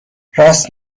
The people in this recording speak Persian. راست